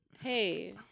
hey